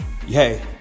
hey